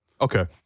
Okay